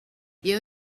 you